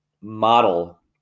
model